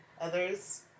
Others